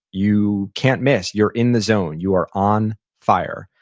you can't miss. you're in the zone. you are on fire.